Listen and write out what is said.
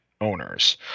Owners